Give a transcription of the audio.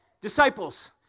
disciples